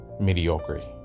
mediocrity